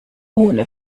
ohne